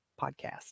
podcast